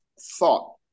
thought